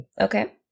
Okay